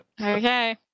Okay